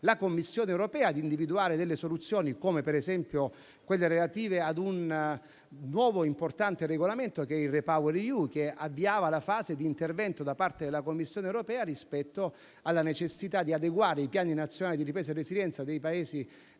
la Commissione europea a individuare soluzioni come, per esempio, quelle relative ad un nuovo importante regolamento, il REPowerEU, che avviava la fase di intervento da parte della Commissione europea rispetto alla necessità di adeguare i Piani nazionali di ripresa e resilienza dei Paesi